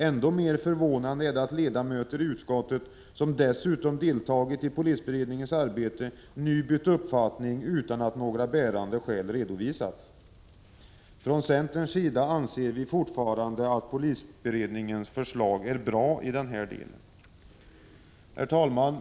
Ännu mer förvånande är det att ledamöter i utskottet, som dessutom deltagit i polisberedningens arbete, nu bytt uppfattning utan att några bärande skäl redovisas. Från centerns sida anser vi fortfarande att polisberedningens förslag är bra i den här delen. Herr talman!